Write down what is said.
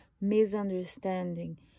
misunderstanding